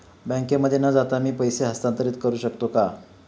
बँकेमध्ये न जाता मी पैसे हस्तांतरित करू शकतो का?